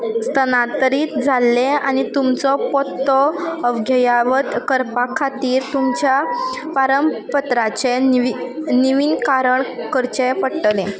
स्थलांतरीत जाल्ले आनी तुमचो पत्तो अघायावत करपा खातीर तुमच्या पारंपत्राचें निवि निविकारण करचें पडटलें